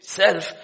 self